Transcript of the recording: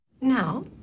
Now